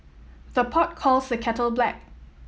the pot calls the kettle black